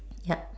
yup